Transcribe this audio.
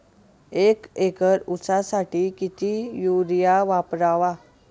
एक एकर ऊसासाठी किती युरिया वापरावा?